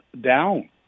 down